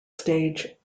stage